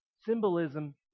symbolism